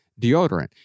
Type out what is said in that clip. deodorant